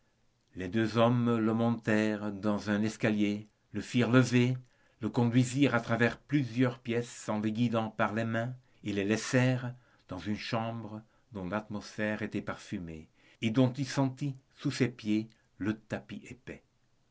les deux hommes le montèrent dans un escalier le firent lever le conduisirent à travers plusieurs pièces en le guidant par les mains et le laissèrent dans une chambre dont l'atmosphère était parfumée et dont il sentit sous ses pieds le tapis